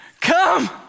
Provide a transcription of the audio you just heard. come